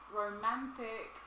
romantic